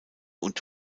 und